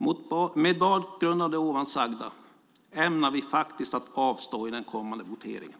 Mot bakgrund av det sagda ämnar vi avstå i den kommande voteringen.